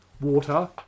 water